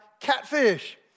catfish